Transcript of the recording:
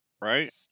right